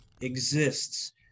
exists